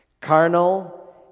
Carnal